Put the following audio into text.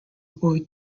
boy